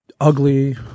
ugly